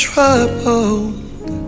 Troubled